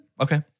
Okay